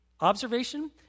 Observation